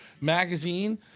Magazine